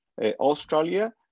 Australia